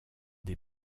des